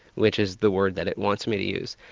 which is the word that it wants me to use.